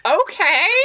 okay